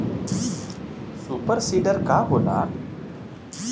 Super seeder का होला?